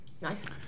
Nice